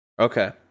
Okay